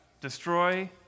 Destroy